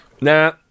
nah